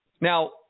Now